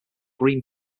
green